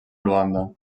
luanda